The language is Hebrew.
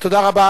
תודה רבה.